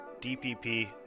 DPP